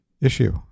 issue